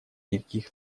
никаких